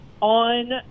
on